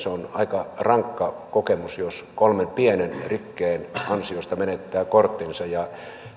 on aika rankka kokemus jos kolmen pienen rikkeen ansiosta menettää korttinsa ja